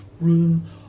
room